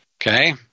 okay